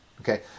Okay